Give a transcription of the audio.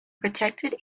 protected